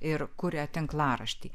ir kuria tinklaraštį